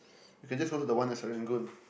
you can just go to the one at Serangoon